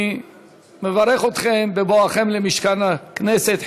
אני מברך אתכם בבואכם למשכן הכנסת.